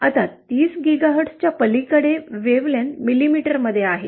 आता ३० गिगाहर्ट्झच्या पलीकडे तरंगलांबी मिलीमीटरमध्ये आहे